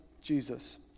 jesus